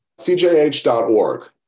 CJH.org